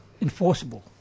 Enforceable